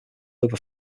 over